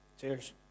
Cheers